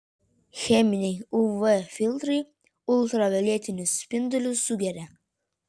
cheminiai uv filtrai ultravioletinius spindulius sugeria